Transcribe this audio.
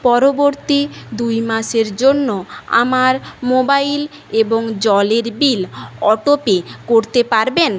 পরবর্তী দুই মাসের জন্য আমার মোবাইল এবং জলের বিল অটোপে করতে পারবেন